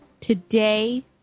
today